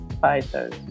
fighters